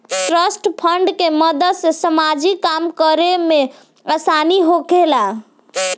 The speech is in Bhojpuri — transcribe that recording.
ट्रस्ट फंड के मदद से सामाजिक काम करे में आसानी होखेला